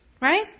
Right